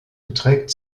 beträgt